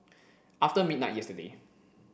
after midnight yesterday